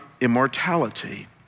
immortality